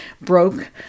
broke